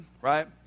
right